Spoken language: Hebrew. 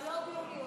לחוק הבא.